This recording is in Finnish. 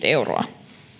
euroa